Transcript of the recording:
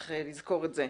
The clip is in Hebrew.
צריך לזכור את זה.